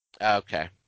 Okay